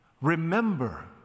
Remember